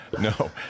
No